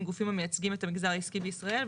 גופים המייצגים את המגזר העסקי בישראל.